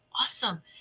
Awesome